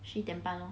十一点半 lor